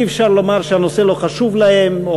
אי-אפשר לומר שהנושא לא חשוב להם,